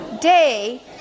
day